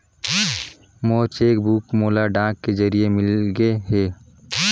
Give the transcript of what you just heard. मोर cheque book मोला डाक के जरिए मिलगे हे